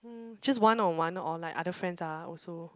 mm just one on one or like other friends are also